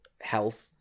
health